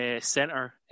center